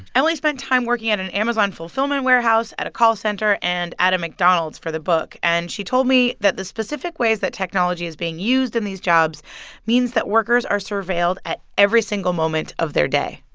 emily spent time working at an amazon fulfillment warehouse, at a call center and at a mcdonald's for the book. and she told me that the specific ways that technology is being used in these jobs means that workers are surveilled at every single moment of their day